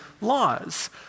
laws